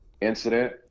incident